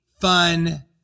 fun